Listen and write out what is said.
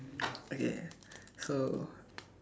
okay so